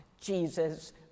Jesus